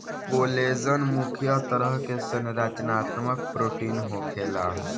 collagen मुख्य तरह के संरचनात्मक प्रोटीन होखेला